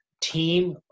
team